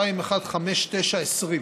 פ/2159/20,